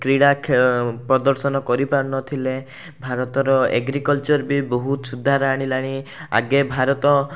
କ୍ରୀଡ଼ା ଖେ ପ୍ରଦର୍ଶନ କରିପାରୁ ନଥିଲେ ଭାରତର ଏଗ୍ରିକଲଚର୍ ବି ବହୁତ ସୁଧାର ଆଣିଲାଣି ଆଗେ ଭାରତ